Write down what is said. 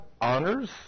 honors